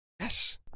Yes